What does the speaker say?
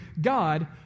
God